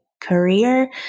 career